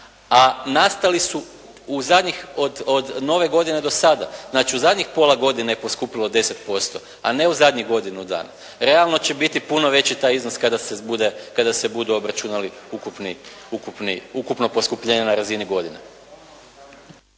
a nastali su u zadnjih od nove godine do sada. Znači, u zadnjih pola godine je poskupilo 10%, a ne u zadnjih godinu dana. Realno će biti puno veći taj iznos kada se budu obračunali ukupno poskupljenje na razini godine.